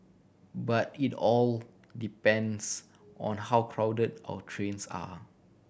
but it all depends on how crowded our trains are